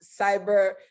cyber